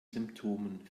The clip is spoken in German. symptomen